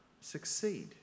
succeed